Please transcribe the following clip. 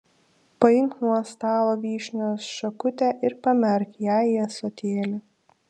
paimk nuo stalo vyšnios šakutę ir pamerk ją į ąsotėlį